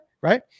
Right